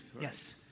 Yes